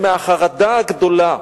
מהחרדה הגדולה